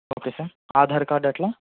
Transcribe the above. okay sir Aadhaar card అట్లా